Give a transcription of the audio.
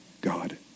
God